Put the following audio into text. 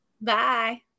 Bye